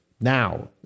now